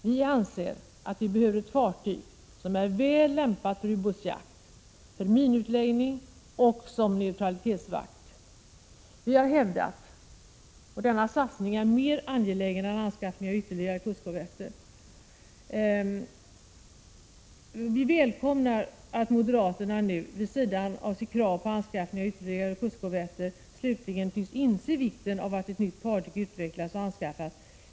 Vi anser att vi behöver ett fartyg som är väl lämpat för ubåtsjakt, för minutläggning och som neutralitetsvakt. Vi har hävdat att denna satsning är mer angelägen än anskaffning av ytterligare kustkorvetter. Vi välkomnar att moderaterna nu, vid sidan av sitt krav på anskaffning av ytterligare kustkorvetter, slutligen tycks inse vikten av att ett nytt fartyg utvecklas och anskaffas.